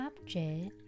object